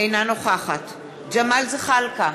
אינה נוכחת ג'מאל זחאלקה,